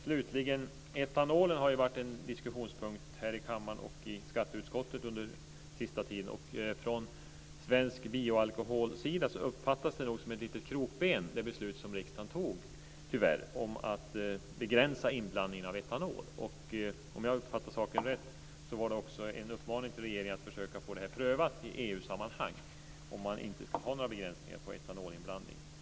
Slutligen har ju etanolen varit en diskussionspunkt här i kammaren och i skatteutskottet under den senaste tiden. Från den svenska bioalkoholsidan uppfattas det nog som ett litet krokben det beslut som riksdagen fattade om att begränsa inblandningen av etanol. Om jag uppfattade saken rätt var det också en uppmaning till regeringen att försöka få detta prövat i EU-sammanhang om man inte ska ha några begränsningar på etanolinblandning.